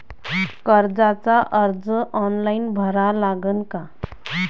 कर्जाचा अर्ज ऑनलाईन भरा लागन का?